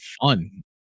fun